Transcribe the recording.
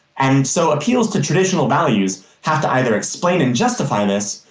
and so appeals to traditional values have to either explain and justify this,